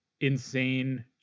Insane